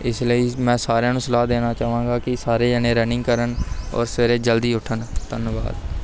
ਇਸ ਲਈ ਮੈਂ ਸਾਰਿਆਂ ਨੂੰ ਸਲਾਹ ਦੇਣਾ ਚਾਹਾਂਗਾ ਕਿ ਸਾਰੇ ਜਣੇ ਰਨਿੰਗ ਕਰਨ ਔਰ ਸਵੇਰੇ ਜਲਦੀ ਉੱਠਣ ਧੰਨਵਾਦ